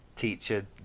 teacher